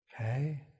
Okay